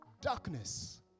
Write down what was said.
darkness